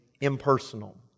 impersonal